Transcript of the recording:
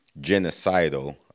genocidal